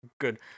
good